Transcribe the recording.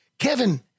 Kevin